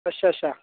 अच्छा अच्छा